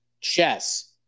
Chess